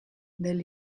del